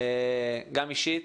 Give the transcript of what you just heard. גם אישית.